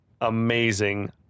Amazing